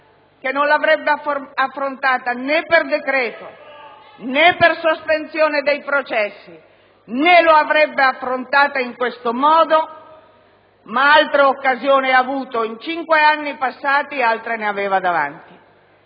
che non l'avrebbe affrontata né per decreto, né per sospensione dei processi, né l'avrebbe affrontata in questo modo, ma altre occasioni ha avuto in cinque anni passati e altre ne aveva davanti.